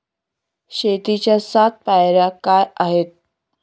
शेतीच्या सात पायऱ्या काय आहेत?